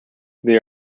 they